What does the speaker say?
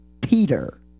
Peter